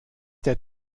der